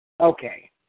Okay